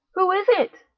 who is it?